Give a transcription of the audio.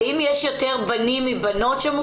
האם יש יותר בנים מבנות?